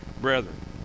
brethren